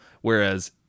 Whereas